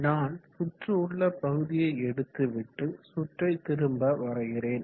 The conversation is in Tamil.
நான் சுற்று உள்ள பகுதியை எடுத்து விட்டு சுற்றை திரும்ப வரைகிறேன்